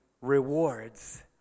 rewards